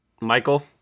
Michael